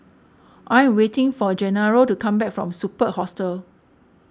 I am waiting for Gennaro to come back from Superb Hostel